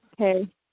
Okay